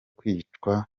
kwicwa